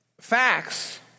facts